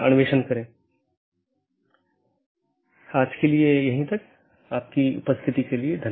इसके साथ ही आज अपनी चर्चा समाप्त करते हैं